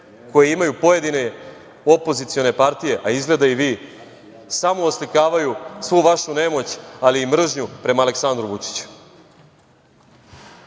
koje imaju pojedine opozicione partije, a izgleda i vi, samo oslikavaju svu vašu nemoć, ali i mržnju prema Aleksandru Vučiću. Nadam